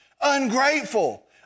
ungrateful